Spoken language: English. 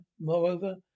Moreover